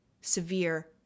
severe